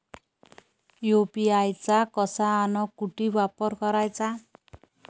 UPI चा कसा अन कुटी वापर कराचा?